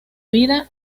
vida